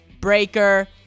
breaker